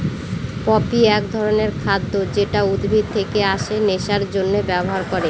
poppy এক ধরনের খাদ্য যেটা উদ্ভিদ থেকে আছে নেশার জন্যে ব্যবহার করে